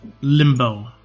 limbo